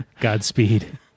Godspeed